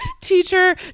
teacher